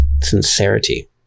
sincerity